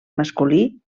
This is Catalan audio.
masculí